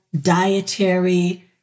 dietary